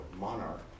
Monarch